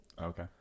okay